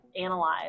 analyze